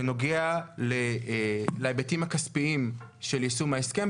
שנוגע להיבטים הכספיים של יישום ההסכם.